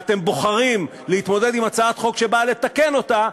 ואתם בוחרים להתמודד עם הצעת חוק שבאה לתקן אותה,